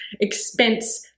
expense